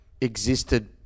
existed